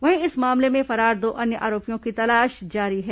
वहीं इस मामले में फरार दो अन्य आरोपियों की तलाश जारी है